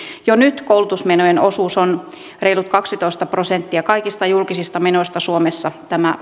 jo nyt koulutusmenojen osuus on reilut kaksitoista prosenttia kaikista julkisista menoista suomessa tämä